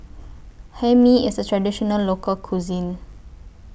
Hae Mee IS A Traditional Local Cuisine